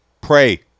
Pray